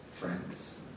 friends